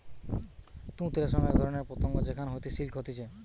তুত রেশম এক ধরণের পতঙ্গ যেখান হইতে সিল্ক হতিছে